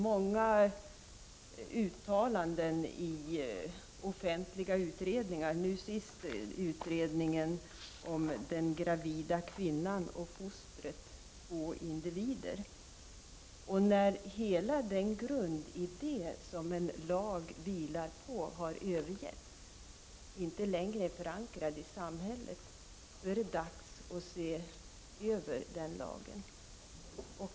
Många uttalanden har gjorts i offentliga utredningar, senast i utredningen ”Den gravida kvinnan och fostret — två individer”. När hela den grundidé som en lag vilar på har övergetts och inte längre är förankrad i samhället, då är det dags att se över den lagen.